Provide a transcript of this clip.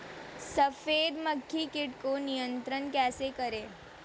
सफेद मक्खी कीट को नियंत्रण कैसे करें?